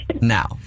now